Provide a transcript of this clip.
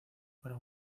para